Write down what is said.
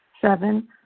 Seven